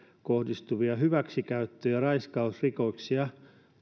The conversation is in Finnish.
kohdistuvia hyväksikäyttöjä ja raiskausrikoksia